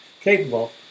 capable